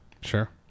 Sure